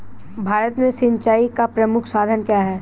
भारत में सिंचाई का प्रमुख साधन क्या है?